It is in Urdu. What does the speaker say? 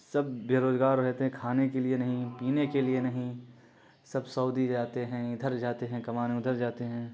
سب بیروزگار رہتے ہیں کھانے کے لیے نہیں پینے کے لیے نہیں سب سعودی جاتے ہیں ادھر جاتے ہیں کمانے ادھر جاتے ہیں